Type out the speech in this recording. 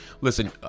listen